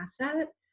asset